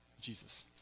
Jesus